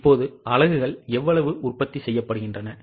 இப்போது அலகுகள் எவ்வளவு உற்பத்தி செய்யப்படுகின்றன